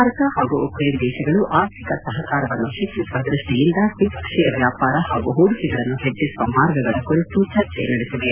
ಭಾರತ ಹಾಗೂ ಉಕ್ರೇನ್ ದೇಶಗಳು ಆರ್ಥಿಕ ಸಹಕಾರವನ್ನು ಹೆಚ್ಚಿಸುವ ದ್ವಷ್ಷಿಯಿಂದ ದ್ವಿಪಕ್ಷೀಯ ವ್ಯಾಪಾರ ಹಾಗೂ ಹೂಡಿಕೆಗಳನ್ನು ಹೆಚ್ಚಿಸುವ ಮಾರ್ಗಗಳ ಕುರಿತು ಚರ್ಚಿಸಿವೆ